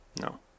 No